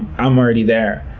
i'm already there.